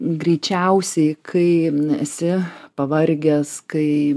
greičiausiai kai esi pavargęs kai